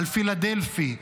על פילדלפי,